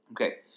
Okay